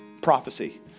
prophecy